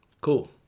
Cool